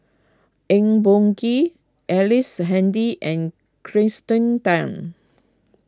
Eng Boh Kee Ellice Handy and Kirsten Tan